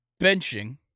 benching